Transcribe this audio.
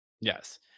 Yes